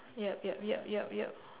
yup yup yup yup yup